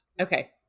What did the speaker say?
Okay